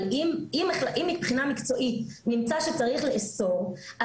אבל אם מבחינה מקצועית נמצא שצריך לאסור,